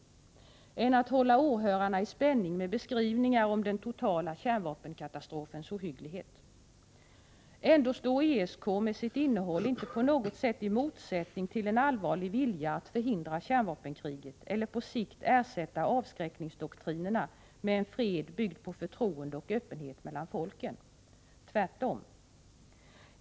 Det är lättare att hålla åhörarna i spänning med beskrivningar om den totala kärnvapenkatastrofens ohygglighet. Ändå står ESK med sitt innehåll inte på något sätt i motsättning till en allvarlig vilja att förhindra kärnvapenkriget eller på sikt ersätta avskräckningsdoktrinerna med en fred byggd på förtroende och öppenhet mellan folken — tvärtom.